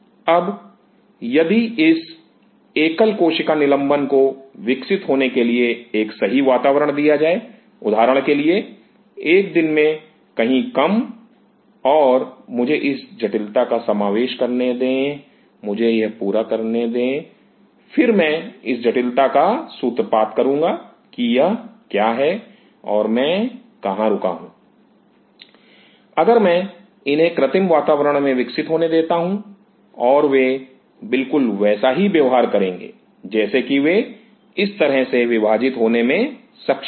अब यदि इस एकल कोशिका निलंबन को विकसित होने के लिए एक सही वातावरण दिया जाए उदाहरण के लिए एक दिन में कहीं कम और मुझे इस जटिलता का समावेश करने दें मुझे यह पूरा करने दे फिर मैं इस जटिलता का सूत्रपात करूंगा कि यह क्या है और मैं कहां रुका हूं अगर मैं इन्हें कृत्रिम वातावरण में विकसित होने देता हूं और वे बिल्कुल वैसा ही व्यवहार करें जैसे कि वे इस तरह से विभाजित होने में सक्षम हो